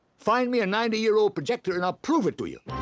find me a ninety year old projector and i'll prove it to you.